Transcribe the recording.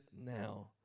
now